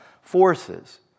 forces